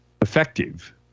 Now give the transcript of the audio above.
effective